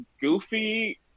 goofy